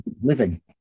living